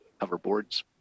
hoverboards